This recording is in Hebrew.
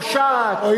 פושעת,